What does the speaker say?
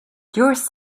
yours